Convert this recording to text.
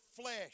flesh